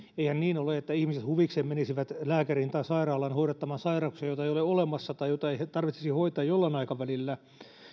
eihän niin ole että ihmiset huvikseen menisivät lääkäriin tai sairaalaan hoidattamaan sairauksia joita ei ole olemassa tai joita ei tarvitsisi hoitaa jollain aikavälillä